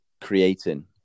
creating